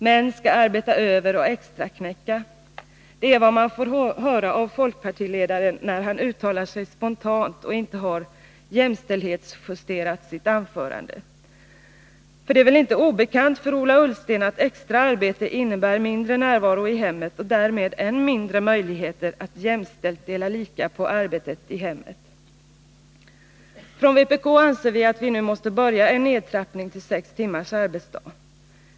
Män skall arbeta över och extraknäcka — det är vad man får höra av folkpartiledaren, när han uttalar sig spontant och inte har jämställdhetsjusterat sitt anförande. För det är väl inte obekant för Ola Ullsten att extra arbete innebär mindre närvaro i hemmet och därmed än mindre möjligheter att jämställt dela lika på arbetet i hemmet. Från vpk anser vi att vi nu måste påbörja en nedtrappning till sex timmars arbetsdag.